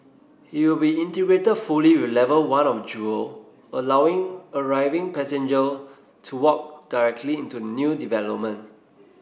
it will be integrated fully with level one of Jewel allowing arriving passenger to walk directly into new development